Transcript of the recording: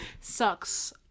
sucks